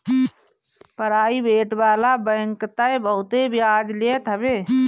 private वाला bank तअ बहुते बियाज लेत हवे